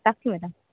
রাখছি ম্যাডাম